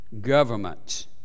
government